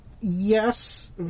Yes